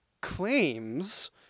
claims